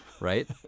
right